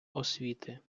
освіти